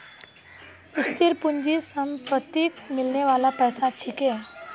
स्थिर पूंजी संपत्तिक मिलने बाला पैसा छिके